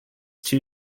too